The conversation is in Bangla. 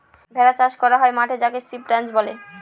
ভেড়া চাষ করা হয় মাঠে যাকে সিপ রাঞ্চ বলে